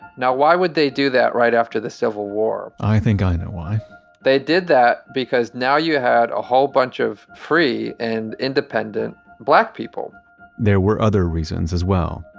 now why would they do that right after the civil war? i think i know why they did that because now you had a whole bunch of free and independent black people there were other reasons as well.